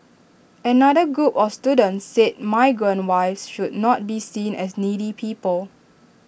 another group of students said migrant wives should not be seen as needy people